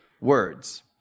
words